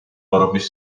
آرامش